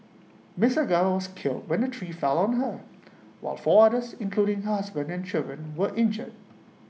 miss Gao was killed when the tree fell on her while four others including her husband and children were injured